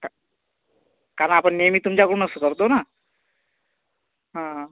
का कारण आपण नेहमी तुमच्याकडूनच करतो ना हां हां